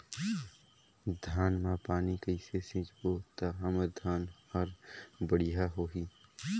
धान मा पानी कइसे सिंचबो ता हमर धन हर बढ़िया होही?